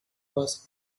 was